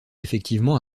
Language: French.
effectivement